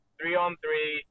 three-on-three